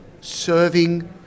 serving